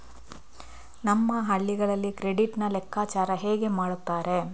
ನಮ್ಮ ಹಳ್ಳಿಗಳಲ್ಲಿ ಕ್ರೆಡಿಟ್ ನ ಲೆಕ್ಕಾಚಾರ ಹೇಗೆ ಮಾಡುತ್ತಾರೆ?